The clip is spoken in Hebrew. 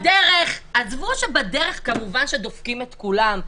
עזבו שבדרך כמובן דופקים את כולם,